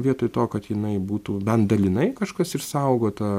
vietoj to kad jinai būtų ben dalinai kažkas išsaugota